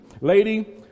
lady